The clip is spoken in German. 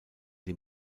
die